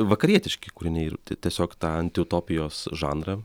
vakarietiški kūriniai ir tiesiog tą antiutopijos žanrą